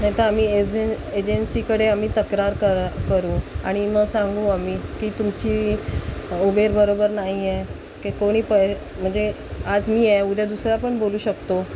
नाही तर आम्ही एजन एजन्सीकडे आम्ही तक्रार करा करू आणि मग सांगू आम्ही की तुमची उबेर बरोबर नाही आहे की कोणी पै म्हणजे आज मी आहे उद्या दुसरा पण बोलू शकतो